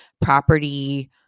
property